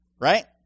right